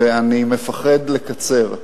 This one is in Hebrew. ואני מפחד לקצר,